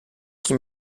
qui